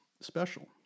special